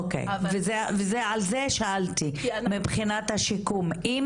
אוקי וזה על זה שאלתי, מבחינת השיקום, אם